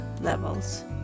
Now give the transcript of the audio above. levels